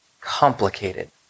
complicated